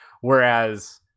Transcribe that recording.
whereas